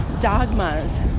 dogmas